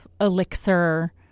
elixir